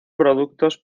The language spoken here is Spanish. productos